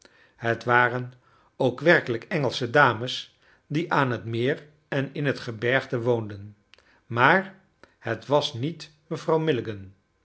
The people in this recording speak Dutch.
het waren ook werkelijk engelsche dames die aan het meer en in het gebergte woonden maar het was niet mevrouw